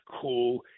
cool